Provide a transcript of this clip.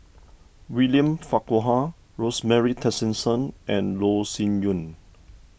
William Farquhar Rosemary Tessensohn and Loh Sin Yun